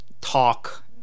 talk